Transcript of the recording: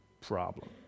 problem